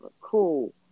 Cool